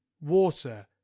Water